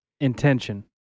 Intention